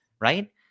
Right